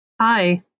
Hi